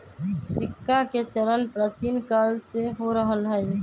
सिक्काके चलन प्राचीन काले से हो रहल हइ